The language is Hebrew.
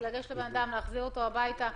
לגשת לבן אדם ולהחזיר אותו הביתה,